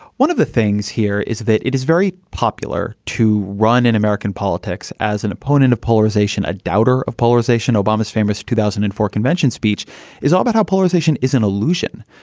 one of the things here is that it is very popular to run in american politics as an opponent of polarization, a doubter of polarization. obama's famous two thousand and four convention speech is all about how polarization is an illusion.